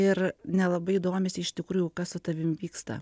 ir nelabai domisi iš tikrųjų kas su tavim vyksta